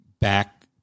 back